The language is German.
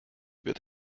wird